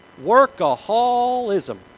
Workaholism